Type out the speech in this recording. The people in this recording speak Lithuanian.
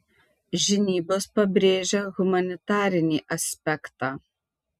žinybos pabrėžia humanitarinį aspektą